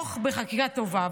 לתמוך בחקיקה טובה.